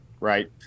right